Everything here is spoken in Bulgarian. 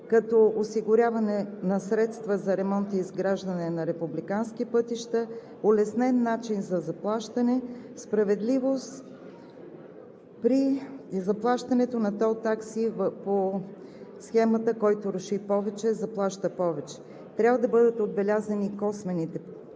като осигуряване на средства за ремонт и изграждане на републикански пътища, улеснен начин за заплащане, справедливост при заплащане на тол такси по схемата „който руши повече, заплаща повече“, а трябва да бъдат отбелязани и косвените ползи.